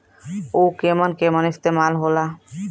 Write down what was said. उव केमन केमन इस्तेमाल हो ला?